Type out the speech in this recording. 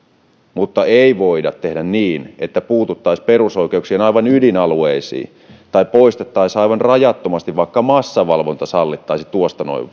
mutta ei voida tehdä niin että puututtaisiin perusoikeuksien aivan ydinalueisiin tai poistettaisiin aivan rajattomasti vaikka niin että massavalvonta sallittaisiin tuosta noin